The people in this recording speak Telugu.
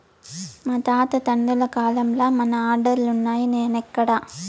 మా తాత తండ్రుల కాలంల మన ఆర్డర్లులున్నై, నేడెక్కడ